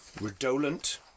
redolent